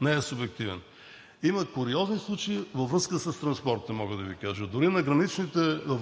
Не е субективен. Има куриозни случаи във връзка с транспорта мога да Ви кажа. Дори в